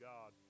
God